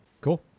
Cool